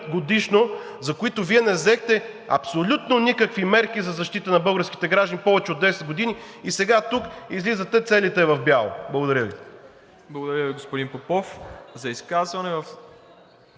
годишно, за които Вие не взехте абсолютно никакви мерки за защита на българските граждани повече от 10 години и сега тук излизате целите в бяло. Благодаря Ви. ПРЕДСЕДАТЕЛ МИРОСЛАВ ИВАНОВ: Благодаря Ви, господин Попов. За изказване?